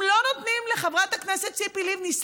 אם לא נותנים לחברת הכנסת ציפי לבני,